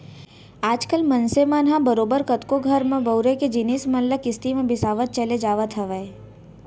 आज कल मनसे मन ह बरोबर कतको घर बउरे के जिनिस मन ल किस्ती म बिसावत चले जावत हवय